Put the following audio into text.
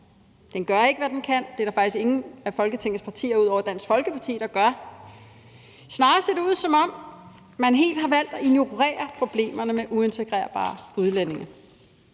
Den gør ikke, hvad den kan. Det er der faktisk ingen af Folketingets partier ud over Dansk Folkeparti der gør. Snarere ser det ud, som om man helt har valgt at ignorere problemerne med uintegrerbare udlændinge.